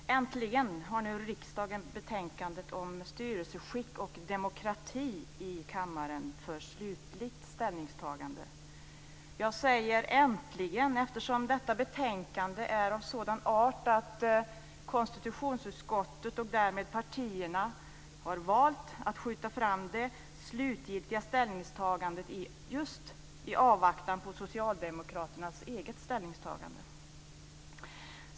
Fru talman! Äntligen har nu riksdagen betänkandet om styrelseskick och demokrati i kammaren för slutligt ställningstagande. Jag säger äntligen, eftersom detta betänkande är av sådan art att konstitutionsutskottet och därmed partierna har valt att skjuta fram det slutliga ställningstagandet just i avvaktan på socialdemokraternas eget ställningstagande.